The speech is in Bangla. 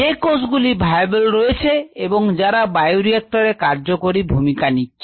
যে কোষগুলি viable রয়েছে এবং যারা বায়োরিঅ্যাক্টরের কার্যকরী ভূমিকা নিচ্ছে